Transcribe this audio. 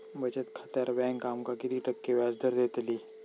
बचत खात्यार बँक आमका किती टक्के व्याजदर देतली?